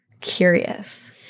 curious